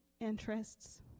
interests